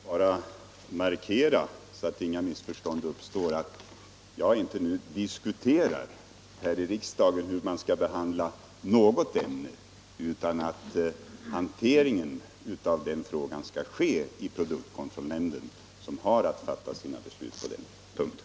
Herr talman! Jag vill bara markera, för att inga missförstånd skall uppstå, att jag här i riksdagen inte nu talar om hur man skall behandla något kemiskt medel utan att hanteringen av den frågan skall ske i produktkontrollnämnden, som har att fatta beslut på den punkten.